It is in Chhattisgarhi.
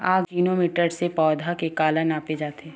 आकजेनो मीटर से पौधा के काला नापे जाथे?